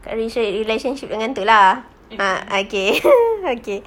kak relatio~ relationship dengan itu lah ah okay okay